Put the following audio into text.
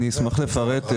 אני אשמח לפרט.